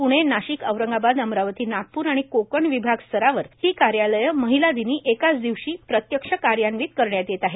प्णे नाशिक औरंगाबाद अमरावती नागपूर आणि कोकण विभागस्तरावर ही कार्यालये महिला दिनी एकाच दिवशी प्रत्यक्ष कार्यान्वित करण्यात येत आहेत